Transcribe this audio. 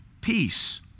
peace